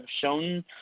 shown